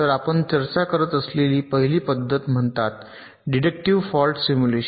तर आपण चर्चा करत असलेली पहिली पद्धत म्हणतात डिडक्टिव्ह फॉल्ट सिम्युलेशन